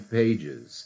pages